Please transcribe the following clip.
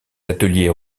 ateliers